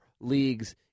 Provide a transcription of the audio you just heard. leagues